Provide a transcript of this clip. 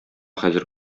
хәзер